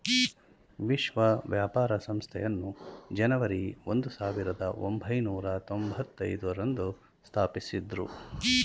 ವಿಶ್ವ ವ್ಯಾಪಾರ ಸಂಸ್ಥೆಯನ್ನು ಜನವರಿ ಒಂದು ಸಾವಿರದ ಒಂಬೈನೂರ ತೊಂಭತ್ತೈದು ರಂದು ಸ್ಥಾಪಿಸಿದ್ದ್ರು